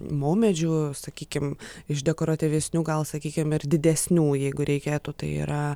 maumedžių sakykim iš dekoratyvesnių gal sakykim ir didesnių jeigu reikėtų tai yra